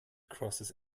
crosses